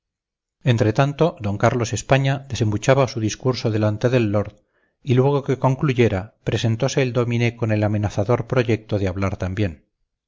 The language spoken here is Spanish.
entre tanto d carlos españa desembuchaba su discurso delante del lord y luego que concluyera presentose el dómine con el amenazador proyecto de hablar también